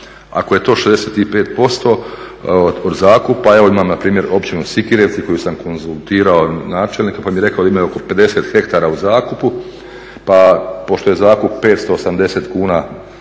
ako je to 65% od zakupa evo imam npr. općinu Sikirevci koju sam konzultirao načelnika pa mi je rekao da imaju oko 50 hektara u zakupu pa pošto je zakup 580 kuna